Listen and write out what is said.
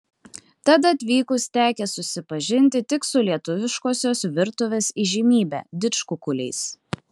tad atvykus tekę susipažinti tik su lietuviškosios virtuvės įžymybe didžkukuliais